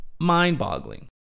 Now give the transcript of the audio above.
Mind-boggling